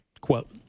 Quote